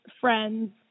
friends